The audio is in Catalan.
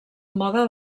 mode